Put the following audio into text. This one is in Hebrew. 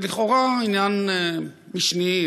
זה לכאורה עניין משני,